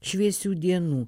šviesių dienų